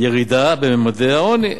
ירידה בממדי העוני.